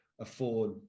afford